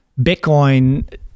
Bitcoin